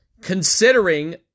considering